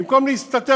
במקום להסתתר,